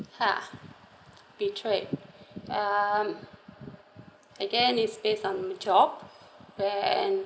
!huh! betrayed um again it's based on job when